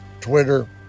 Twitter